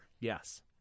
Yes